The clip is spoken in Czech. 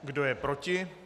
Kdo je proti?